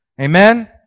Amen